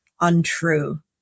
untrue